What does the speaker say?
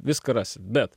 viską rasi bet